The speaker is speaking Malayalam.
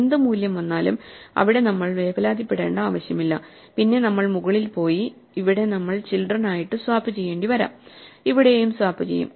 എന്ത് മൂല്യം വന്നാലും അവിടെ നമ്മൾ വേവലാതിപ്പെടേണ്ട ആവശ്യമില്ല പിന്നെ നമ്മൾ മുകളിൽ പോയി ഇവിടെ നമ്മൾ ചിൽഡ്രൻ ആയിട്ടു സ്വാപ്പ് ചെയ്യേണ്ടി വരാം ഇവിടെയും സ്വാപ്പ് ചെയ്യും